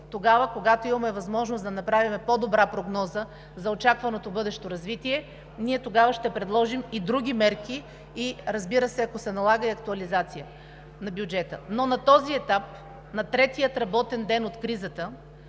сигурност, когато имаме възможност да направим по-добра прогноза за очакваното бъдещо развитие, тогава ще предложим и други мерки, разбира се, ако се налага, и актуализация на бюджета. На този етап, на третия работен ден от кризата,